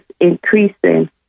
increasing